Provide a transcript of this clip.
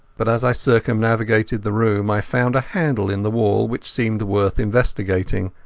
but, as i circumnavigated the room, i found a handle in the wall which seemed worth investigating.